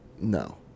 no